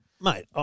Mate